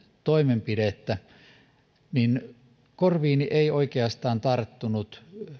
toimenpidettä niin korviini ei oikeastaan tarttunut